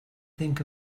think